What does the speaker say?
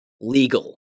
legal